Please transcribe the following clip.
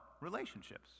relationships